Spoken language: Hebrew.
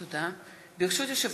ד' בכסלו התשע"ח (22 בנובמבר 2017) ירושלים,